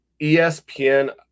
ESPN